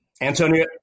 Antonio